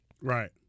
Right